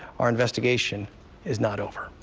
our investigation is not over.